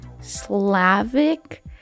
Slavic